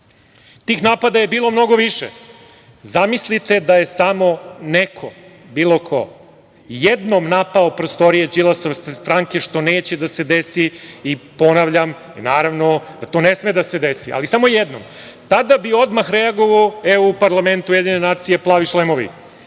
itd. Tih napada je bilo mnogo više. Zamislite da je samo neko, bilo ko, jednom napao prostorije Đilasove stranke, što neće da se desi, i ponavljam da to ne sme da se deli. Ali, samo jednom, tada bih odmah reagovao u parlamentu UN plavi šlemovi,